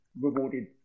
rewarded